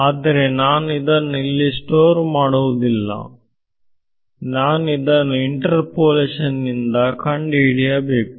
ಆದರೆ ನಾನು ಅದನ್ನು ಇಲ್ಲಿ ಸ್ಟೋರ್ ಮಾಡುವುದಿಲ್ಲ ನಾನು ಇದನ್ನು ಇಂಟರ್ಪೋಲೇಶನ್ ಇಂದ ಕಂಡುಹಿಡಿಯಬೇಕು